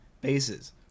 bases